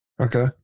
Okay